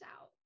out